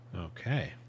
Okay